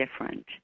different